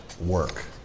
work